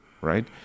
right